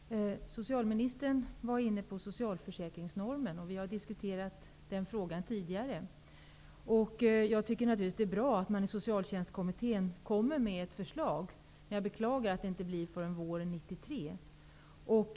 Fru talman! Socialministern tog upp frågan om socialförsäkringsnormen. Vi har diskuterat den frågan tidigare. Jag tycker naturligtvis att det är bra att socialtjänstkommittén skall komma med ett förslag. Men jag beklagar att det inte kommer att ske förrän till våren 1993.